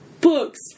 books